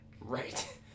Right